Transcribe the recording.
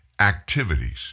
activities